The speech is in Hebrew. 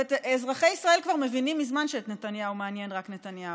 אזרחי ישראל מבינים כבר מזמן שאת נתניהו מעניין רק נתניהו,